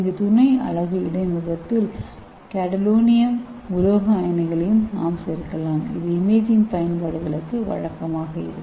இந்த துணை அலகு இடைமுகத்தில் காடோலினியம் உலோக அயனிகளை நாம் சேர்க்கலாம் இது இமேஜிங் பயன்பாடுகளுக்கு வழக்கமாக இருக்கும்